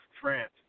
France